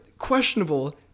questionable